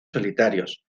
solitarios